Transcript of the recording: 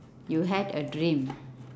you had a dream